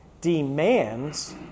demands